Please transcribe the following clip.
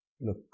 Look